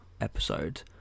episode